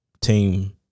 team